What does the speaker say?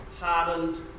hardened